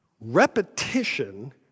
Repetition